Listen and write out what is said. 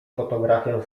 fotografię